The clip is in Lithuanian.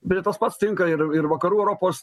beje tas pats tinka ir ir vakarų europos